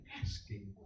asking